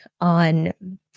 on